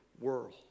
world